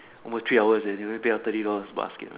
almost three hours already only pay our thirty dollars basket man